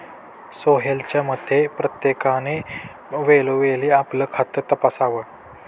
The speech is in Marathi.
सोहेलच्या मते, प्रत्येकाने वेळोवेळी आपलं खातं तपासावं